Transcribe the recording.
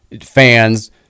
fans